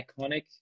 iconic